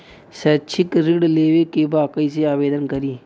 शैक्षिक ऋण लेवे के बा कईसे आवेदन करी?